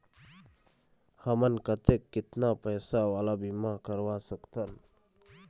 हमन कतेक कितना पैसा वाला बीमा करवा सकथन?